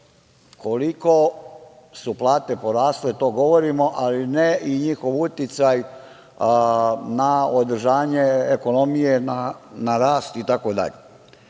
koliko su plate porasle. To govorimo, ali ne i njihov uticaj na održanje ekonomije na rast itd.